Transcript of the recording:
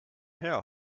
hea